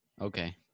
okay